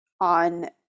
on